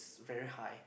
very high